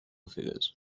figures